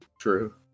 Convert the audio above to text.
true